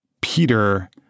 Peter